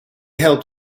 helped